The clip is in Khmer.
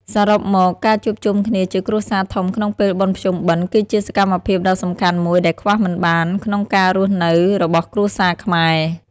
សរុបមក ការជួបជុំគ្នាជាគ្រួសារធំក្នុងពេលបុណ្យភ្ជុំបិណ្ឌគឺជាសកម្មភាពដ៏សំខាន់មួយដែលខ្វះមិនបានក្នុងការរស់នៅរបស់គ្រួសារខ្មែរ។